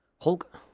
Hulk